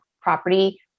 property